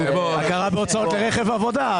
הכרה בהוצאות לרכב עבודה.